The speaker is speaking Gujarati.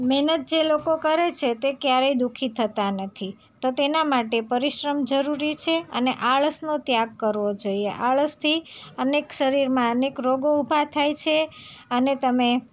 મહેનત જે લોકો કરે છે તે ક્યારેય દુખી થતાં નથી તો તેના માટે પરિશ્રમ જરૂરી છે અને આળસનો ત્યાગ કરવો જોઈએ આળસથી અનેક શરીરમાં એક રોગો ઊભા થાય છે અને તમે